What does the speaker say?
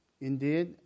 Indeed